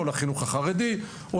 החרדי,